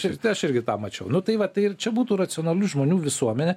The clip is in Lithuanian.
ryte aš irgi tą mačiau nu tai va tai ir čia būtų racionalių žmonių visuomenė